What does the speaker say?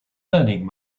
learning